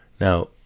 Now